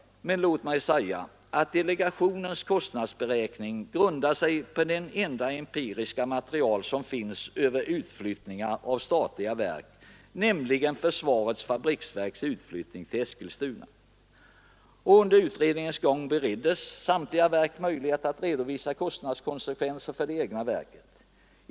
Låt mig dock säga att delegationens kostnadsberäkning grundar sig på det enda empiriska material som finns över utflyttning av statliga verk, nämligen försvarets fabriksverks utflyttning till Eskilstuna. Under utredningens gång bereddes samtliga verk möjlighet att redovisa kostnadskonsekvenserna för det egna verket.